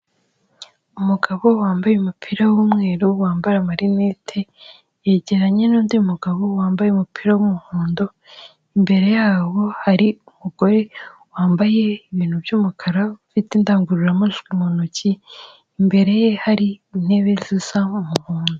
Umugabo wambaye umupira w'umweru wambaye amarinete, yegeranye n'undi mugabo wambaye umupira w'umuhondo, imbere yabo hari umugore wambaye ibintu by'umukara ufite indangururamajwi mu ntoki, imbere ye hari intebe zisa umuhondo.